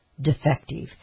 defective